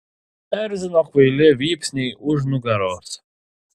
erzino kvaili vypsniai už nugaros